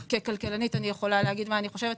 ככלכלנית, אני יכולה להגיד מה אני חושבת.